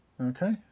Okay